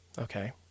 okay